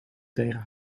tegen